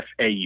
FAU